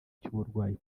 cy’uburwayi